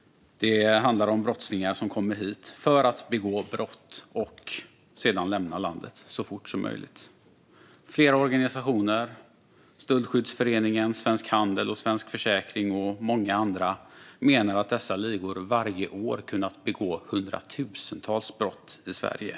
Det handlar om brottslingar som kommer hit för att begå brott och sedan lämna landet så fort som möjligt. Flera organisationer - Stöldskyddsföreningen, Svensk Handel, Svensk Försäkring och många andra - menar att dessa ligor varje år har kunnat begå hundratusentals brott i Sverige.